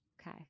Okay